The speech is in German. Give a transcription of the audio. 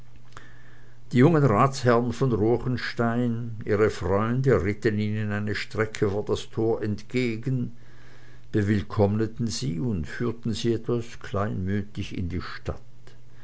die jungen ratsherren von ruechenstein ihre freunde ritten ihnen eine strecke vor das tor entgegen bewillkommten sie und führten sie etwas kleinmütig in die stadt